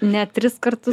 net tris kartus